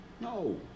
No